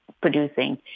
producing